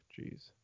Jeez